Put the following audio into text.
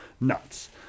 nuts